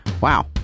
Wow